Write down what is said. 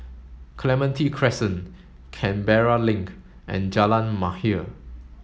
Clementi Crescent Canberra Link and Jalan Mahir